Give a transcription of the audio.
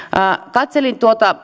katselin